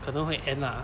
可能会 end lah